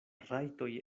rajtoj